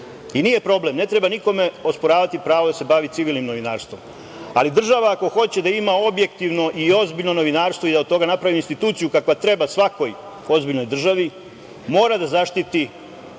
Nije problem, ne treba nikome osporavati pravo da se bavi civilnim novinarstvom, ali država ako hoće da ima objektivno i ozbiljno novinarstvo i da od toga napravi instituciju kakva treba svakoj ozbiljnoj državi, mora da zaštiti